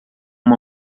uma